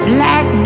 Black